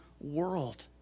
world